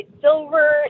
silver